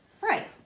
Right